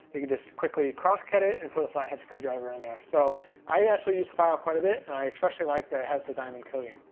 you can just quickly cross-cut it and put a flathead screwdriver on there. so i actually use the file quite a bit, and i especially like that it has the diamond coating.